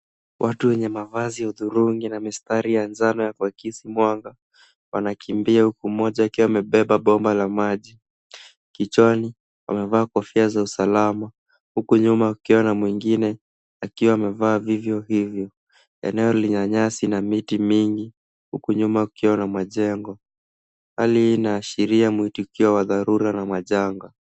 Watu wenye mavasi ya turungi na mistari ya njano wa akisi mwanga wanakimbia huku moja akiwa amebeba pomba la maji, kichwani amevaa kofia za usalama huku nyuma ukiwa na mwengine akiwa amevaa vivyo hivyo. Eneo lina nyasi na miti mingi huku nyuma ukiwa na majego. Hali hii inaasheria matukio ya dharura na machanga.